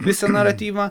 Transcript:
visą naratyvą